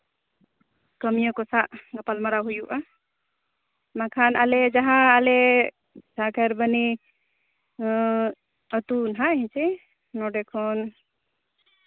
ᱠᱟᱹᱢᱭᱟᱹ ᱠᱚ ᱥᱟᱜ ᱜᱟᱯᱟᱞᱢᱟᱨᱟᱣ ᱦᱩᱭᱩᱜᱼᱟ ᱵᱟᱠᱷᱟᱱ ᱟᱞᱮ ᱡᱟᱦᱟᱸ ᱟᱞᱮ ᱠᱷᱟᱭᱮᱨᱵᱚᱱᱤ ᱟᱹᱛᱩ ᱱᱟᱜ ᱦᱮᱸᱪᱮ ᱱᱚᱸᱰᱮ ᱠᱷᱚᱱ